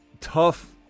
tough